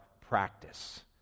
practice